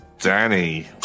Danny